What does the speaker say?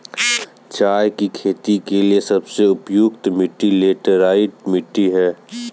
चाय की खेती के लिए सबसे उपयुक्त मिट्टी लैटराइट मिट्टी है